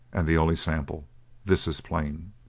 and the only sample this is plain.